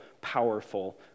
powerful